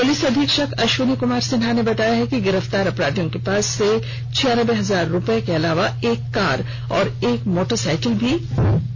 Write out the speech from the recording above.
police अधीक्षक अश्विनी कुमार सिन्हा ने बताया कि गिरफ्तार अपराधियों के पास से छियानर्बे हजार रूपये नगद के अलावा एक कार और एक मोटर साईकिल भी बरामद की गयी है